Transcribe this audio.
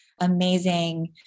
amazing